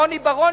רוני בר-און,